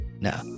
Now